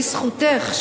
בזכותך,